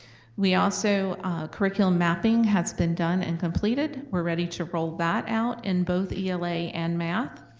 we also curriculum mapping has been done and completed. we're ready to roll that out in both ela and math.